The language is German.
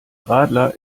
radler